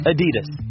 Adidas